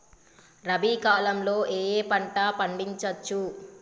రబీ కాలంలో ఏ ఏ పంట పండించచ్చు?